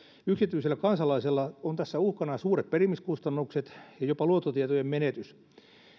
yksityisellä kansalaisella on tässä uhkana suuret perimiskustannukset ja jopa luottotietojen menetys